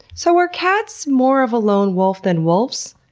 so are cats more of a lone wolf than wolves?